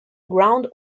ground